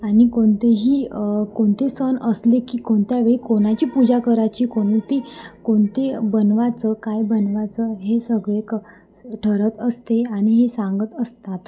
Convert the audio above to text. आणि कोणतेही कोणते सण असले की कोणत्या वेळी कोणाची पूजा करायची कोणती कोणते बनवायचं काय बनवायचं हे सगळे क ठरत असते आणि हे सांगत असतात